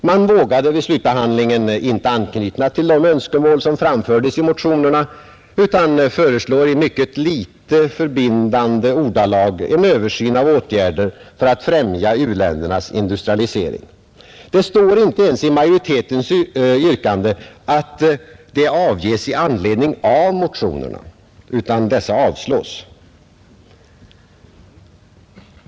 Man vågade vid slutbehandlingen inte anknyta till de önskemål som framfördes i motionerna utan föreslår i mycket litet förbindande ordalag en översyn av åtgärder för att främja u-ländernas industrialisering. Det står inte ens i majoritetens yrkande att det avges i anledning av motionerna, utan utskottsmajoriteten föreslår att dessa skall avslås.